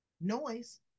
noise